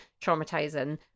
traumatizing